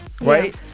right